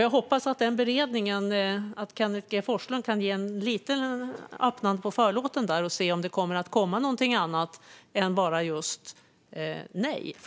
Jag hoppas att Kenneth G Forslund kan lätta lite på förlåten när det gäller den beredningen och se om det kommer någonting annat än bara just "nej".